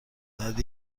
بعد